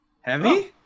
Heavy